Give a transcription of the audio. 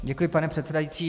Děkuji, pane předsedající.